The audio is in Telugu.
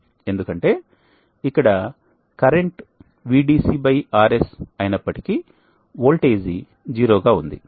ఎందుకంటే ఇక్కడ కరెంట్ VDC RS అయినప్పటికీ వోల్టేజి 0 గా ఉంది